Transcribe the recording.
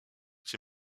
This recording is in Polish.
cię